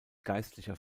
geistlicher